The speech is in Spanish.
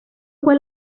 fue